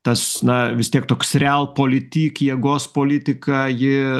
tas na vis tiek toks realpolitik jėgos politika ji